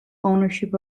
ownership